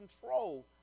control